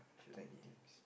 should be